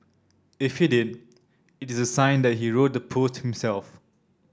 if he did it is sign that he wrote the post himself